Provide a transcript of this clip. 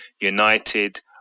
United